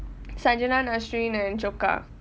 sangita nazreen and choka